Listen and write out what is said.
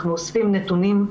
אנחנו אוספים נתונים.